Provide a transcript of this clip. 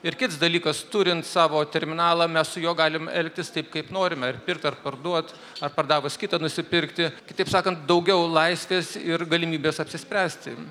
ir kits dalykas turint savo terminalą mes su juo galim elgtis taip kaip norime ar pirkt ar parduot ar pardavus kitą nusipirkti kitaip sakant daugiau laisvės ir galimybės apsispręsti